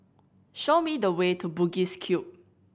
show me the way to Bugis Cube